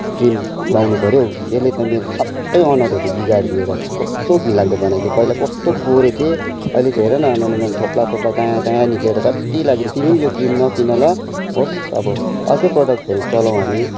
cream लाउनु पऱ्यो यसले त मेरो सबै अनुहारहरू बिगारिदिएर कस्तो घिनलाग्दो बनाइदियो पहिला त कस्तो गोरे थिएँ अहिले त हेर न आम्मामा थोप्ला थोप्ला चाया चाया निस्किएर रड्डी लाग्यो नि तिमी पनि यो क्रिम नकिन ल होस् अब अर्को प्रडक्टहरू चलाउँ हामी